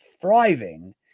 thriving